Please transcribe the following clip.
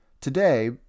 Today